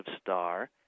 star